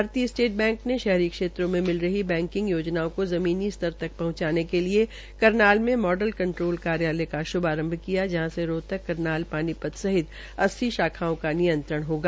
भारतीय State Bank ने शहरी क्षेत्रों में मिलकर बैकिंग योजनाओं को जमीनी स्तर तक पहंचाने के लिए करनाल में मॉडल कंट्रोल कार्यालय का शुभारंभ किया है जहां से रोहतक पानीपत सहित अस्सी शाखाओं का नियंत्रण होगा